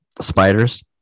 spiders